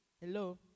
Hello